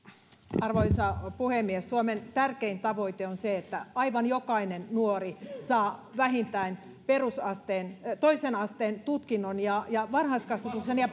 arvoisa puhemies suomen tärkein tavoite on se että aivan jokainen nuori saa vähintään toisen asteen tutkinnon ja ja varhaiskasvatuksen ja